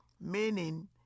Meaning